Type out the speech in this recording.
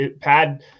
pad